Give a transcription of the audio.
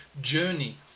journey